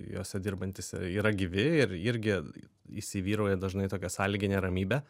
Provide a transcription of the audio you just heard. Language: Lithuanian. jose dirbantys i yra gyvi ir irgi įsivyrauja dažnai tokia sąlyginė ramybė